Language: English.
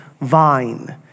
vine